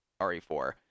re4